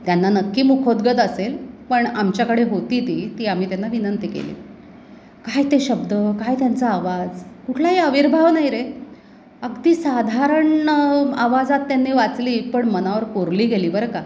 त्यांना नक्की मुखोद्गत असेल पण आमच्याकडे होती ती ती आम्ही त्यांना विनंती केली काय ते शब्द काय त्यांचा आवाज कुठलाही आविर्भाव नाही रे अगदी साधारण आवाजात त्यांनी वाचली पण मनावर कोरली गेली बरं का